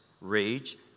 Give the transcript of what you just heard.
rage